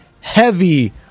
heavy